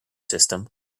system